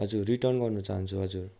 हजुर रिटर्न गर्न चाहन्छु हजुर